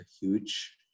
huge